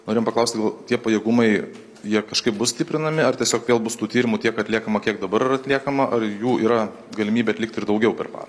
norėjom paklausti tie pajėgumai jie kažkaip bus stiprinami ar tiesiog vėl bus tų tyrimų tiek atliekama kiek dabar yra atliekama ar jų yra galimybė atlikti ir daugiau per parą